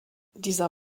dieser